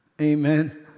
amen